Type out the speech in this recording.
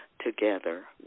together